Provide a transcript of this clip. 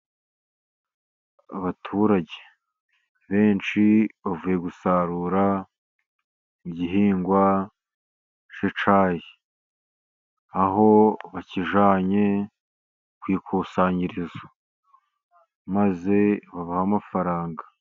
Abaturage benshi bavuye gusarura igihingwa cy'icyayi. Aho bakijyanye ku ikusanyirizo, maze babahe amafaranga.